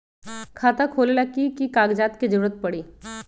खाता खोले ला कि कि कागजात के जरूरत परी?